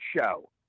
show